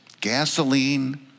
Gasoline